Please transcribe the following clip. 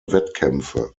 wettkämpfe